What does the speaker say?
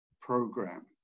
program